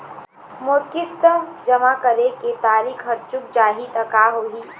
मोर किस्त जमा करे के तारीक हर चूक जाही ता का होही?